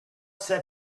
set